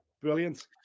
brilliant